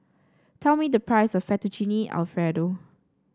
tell me the price of Fettuccine Alfredo